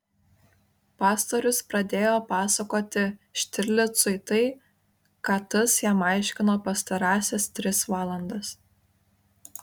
pastorius pradėjo pasakoti štirlicui tai ką tas jam aiškino pastarąsias tris valandas